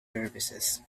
services